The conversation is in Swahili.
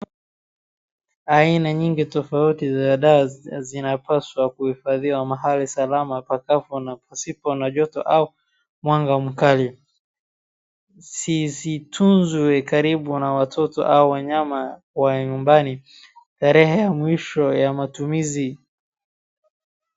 Aina nyingi tofauti za dawa zinapaswa kuhifadhiwa mahali salama pakavu na pasipo na joto au mwanga mkali. Zisitunzwe karibu na watoto au wanyama wa nyumbani, tarehe ya mwisho ya matumizi,,,,